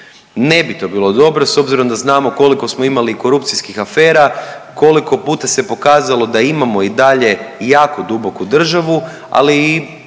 Ne bi to bilo dobro s obzirom da znamo koliko smo imami korupcijskih afera, koliko puta se pokazalo da imamo i dalje jako duboku državu, ali i